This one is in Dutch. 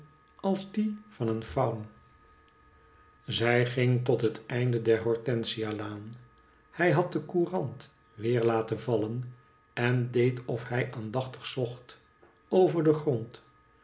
als die van een faun zij ging tot het einde der hortensia laan hij had de courant weer laten vallen en deed of hij aandachtig zocht over den grond